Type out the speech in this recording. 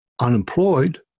unemployed